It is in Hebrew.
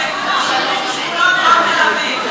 הסתייגות 10, שיקום שכונות דרום תל-אביב.